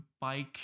bike